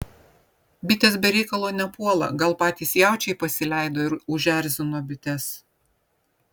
bitės be reikalo nepuola gal patys jaučiai pasileido ir užerzino bites